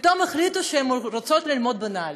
פתאום הן החליטו שהן רוצות ללמוד בנעל"ה.